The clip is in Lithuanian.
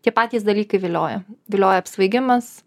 tie patys dalykai vilioja vilioja apsvaigimas